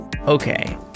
Okay